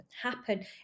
happen